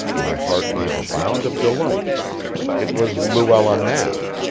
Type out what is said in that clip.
my heart gave a bound of delight it was luella knapp.